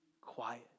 quiet